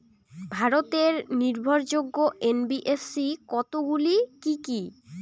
ভারতের নির্ভরযোগ্য এন.বি.এফ.সি কতগুলি কি কি?